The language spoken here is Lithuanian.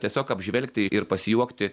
tiesiog apžvelgti ir pasijuokti